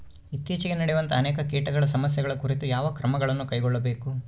ಇತ್ತೇಚಿಗೆ ನಡೆಯುವಂತಹ ಅನೇಕ ಕೇಟಗಳ ಸಮಸ್ಯೆಗಳ ಕುರಿತು ಯಾವ ಕ್ರಮಗಳನ್ನು ಕೈಗೊಳ್ಳಬೇಕು?